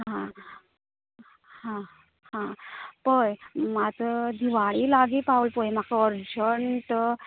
हां हां पळय तर दिवाळी लागीं पावला पळय तर म्हाका अरजंट